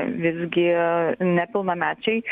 visgi nepilnamečiai